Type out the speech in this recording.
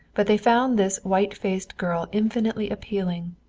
but they found this white-faced girl infinitely appealing,